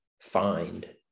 find